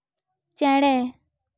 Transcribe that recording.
ᱪᱮᱬᱮ